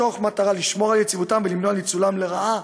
מתוך מטרה לשמור על יציבותם ולמנוע ניצולם לרעה